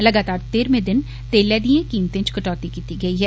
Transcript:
लगातार तेरमें दिन तेलै दिए कीमतें च कटौती कीती गेई ऐ